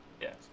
Yes